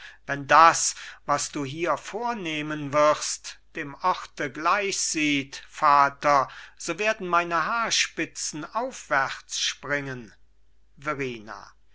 wenn das was du hier vornehmen wirst dem orte gleich sieht vater so werden meine haarspitzen aufwärts springen